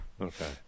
Okay